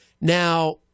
Now